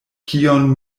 kion